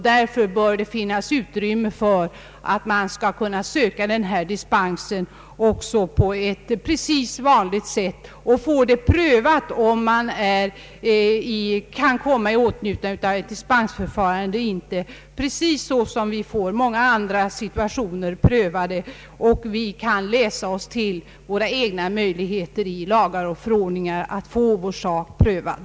Därför bör man kunna söka denna dispens på vanligt sätt och få prövat om man kan komma i åtnjutande av ett dispensförfarande — precis som vi får det prövat i många andra situationer. Vi bör i lagar och förordningar kunna läsa oss till våra egna möjligheter att få vår sak prövad.